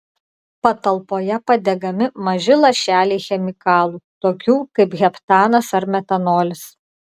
patalpoje padegami maži lašeliai chemikalų tokių kaip heptanas ar metanolis